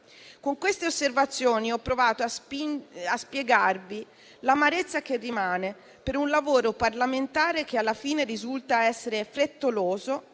Con queste osservazioni ho provato a spiegarvi l'amarezza che rimane per un lavoro parlamentare che, alla fine, risulta essere frettoloso,